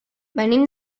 venim